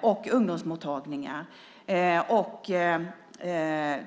och ut till ungdomsmottagningar.